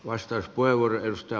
arvoisa puhemies